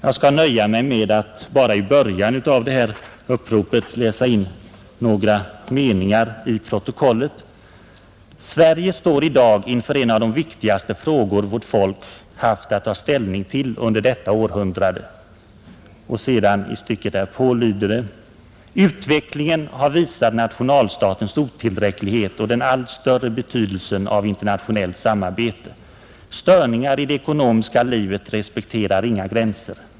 Jag skall nöja mig med att bara från början av detta upprop läsa in några meningar till protokollet: ” Sverige står idag inför en av de viktigaste frågor vårt folk haft att ta ställning till under detta århundrade.” Och sedan, i stycket därpå, heter det: ”Utvecklingen har visat nationalstatens otillräcklighet och den allt större betydelsen av internationellt samarbete. Störningar i det ekonomiska livet respekterar inga gränser.